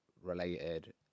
related